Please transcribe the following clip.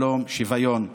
שלום ושוויון.